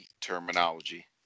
terminology